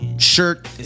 Shirt